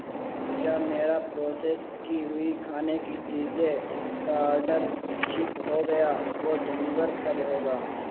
کیا میرا پروسس کی ہوئی کھانے کی چیزیں کا آڈر شپ ہو گیا وہ ڈیلیور کب ہوگا